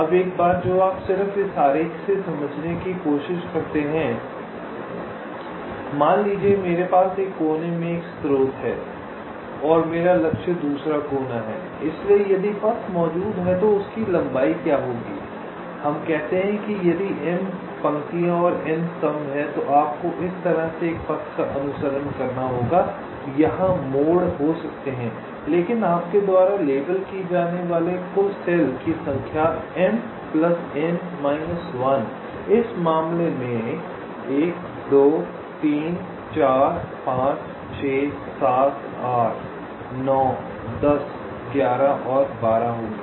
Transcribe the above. अब एक बात जो आप सिर्फ इस आरेख से समझने की कोशिश करते हैं मान लीजिए मेरे पास एक कोने में एक स्रोत है और मेरा लक्ष्य दूसरा कोना है इसलिए यदि पथ मौजूद है तो उसकी लंबाई क्या होगी आइए हम कहते हैं कि यदि M की पंक्तियाँ और N स्तंभ हैं तो आपको इस तरह से एक पथ का अनुसरण करना होगा यहां मोड़ हो सकते हैं लेकिन आपके द्वारा लेबल की जाने वाले कुल सेल की संख्या इस मामले में 1 2 3 4 5 6 7 8 9 10 11 और 12 होगी